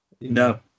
No